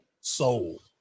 soul